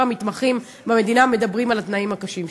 המתמחים במדינה מדברים על התנאים הקשים שלהם.